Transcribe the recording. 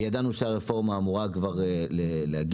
וידענו שהרפורמה אמורה כבר לחול.